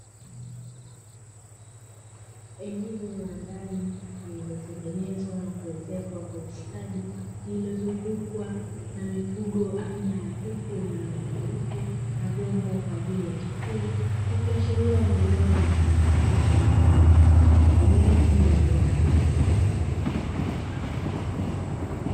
Eneo la ndani lililotengenezwa na kuezekwa kwa ustadi, lililozungukwa na mifugo aina ya kuku wenye rangi nyeupe na vyombo kwaajili ya chakula, ikiashiria ni eneo litumikalo kwaajili ya ufugaji wa viwanda.